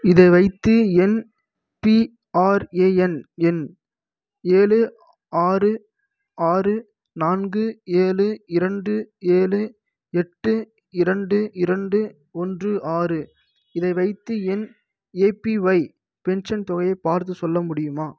இதை வைத்து என் பிஆர்ஏஎன் எண் ஏழு ஆறு ஆறு நான்கு ஏழு இரண்டு ஏழு எட்டு இரண்டு இரண்டு ஒன்று ஆறு இதை வைத்து என் ஏபிஒய் பென்ஷன் தொகையை பார்த்துச் சொல்ல முடியுமா